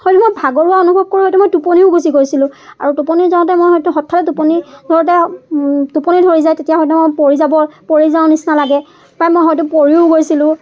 হয়টো মই ভাগৰুৱা অনুভৱ কৰোঁ হয়টো মই টোপনিও গুচি গৈছিলোঁ আৰু টোপনি যাওঁতে মই হয়টো হঠাতে টোপনি ধৰোতে টোপনি ধৰি যায় তেতিয়া হয়টো মই পৰি যাব পৰি যাওঁ নিচিনা লাগে প্ৰায় মই হয়টো পৰিও গৈছিলোঁ